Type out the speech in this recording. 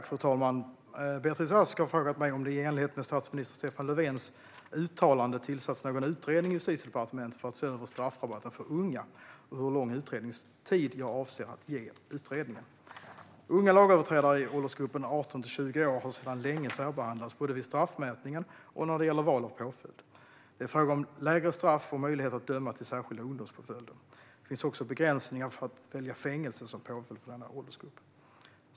Fru talman! Beatrice Ask har frågat mig om det i enlighet med statsminister Stefan Löfvens uttalande tillsatts någon utredning i Justitiedepartementet för att se över straffrabatten för unga och hur lång utredningstid jag avser att ge utredningen. Unga lagöverträdare i åldersgruppen 18-20 år har sedan länge särbehandlats både vid straffmätningen och när det gäller val av påföljd. Det är fråga om lägre straff och möjlighet att döma till särskilda ungdomspåföljder. Det finns också begränsningar för att välja fängelse som påföljd för denna åldersgrupp.